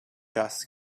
dust